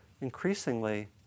increasingly